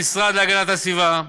המשרד להגנת הסביבה,